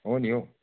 हो नि हो